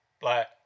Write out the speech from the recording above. Black